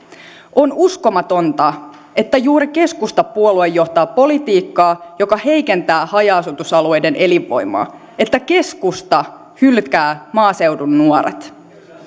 on uskomatonta että juuri keskustapuolue johtaa politiikkaa joka heikentää haja asutusalueiden elinvoimaa että keskusta hylkää maaseudun nuoret